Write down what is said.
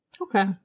Okay